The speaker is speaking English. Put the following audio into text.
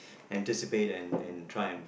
anticipate and and try and